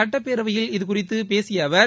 சட்டப்பேரவையில் இது குறித்து பேசிய அவர்